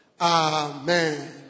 Amen